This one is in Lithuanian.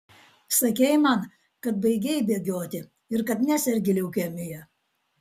sakei man kad baigei bėgioti ir kad nesergi leukemija